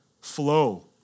flow